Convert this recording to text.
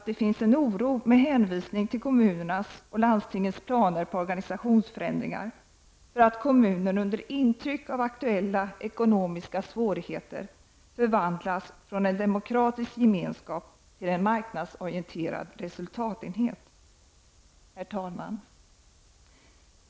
Det finns en oro, med hänvisning till kommunernas och landstingens planer på organisationsförändringar, för att kommunen under intryck av aktuella ekonomiska svårigheter förvandlas från en demokratisk gemenskap till en marknadsorienterad resultatenhet. Herr talman!